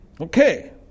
Okay